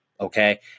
okay